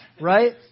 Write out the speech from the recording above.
Right